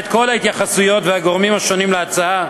את כל ההתייחסויות והגורמים השונים להצעה,